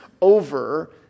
over